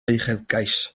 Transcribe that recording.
uchelgais